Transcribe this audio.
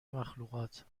مخلوقات